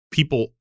people